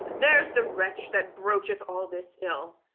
there's the wretch that broacheth all this ill,